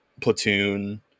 platoon